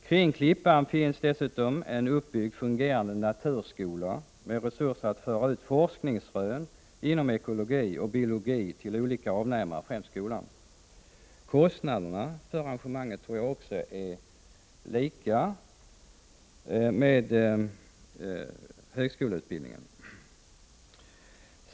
Kring Klippan finns dessutom uppbyggd en fungerande naturskola med resurser att föra ut forskningsrön inom ekologi och biologi till olika avnämare, främst skolan. Kostnaden för arrangemanget torde i detta avseende vara lika med högskoleutbildningens.